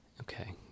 Okay